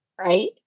right